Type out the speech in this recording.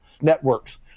networks